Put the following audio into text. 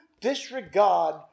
disregard